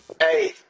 Hey